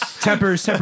Temper's